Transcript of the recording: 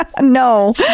No